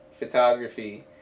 photography